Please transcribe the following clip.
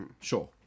Sure